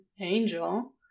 Angel